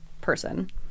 person